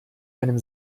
einem